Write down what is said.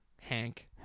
Hank